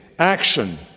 Action